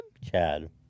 Chad